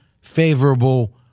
favorable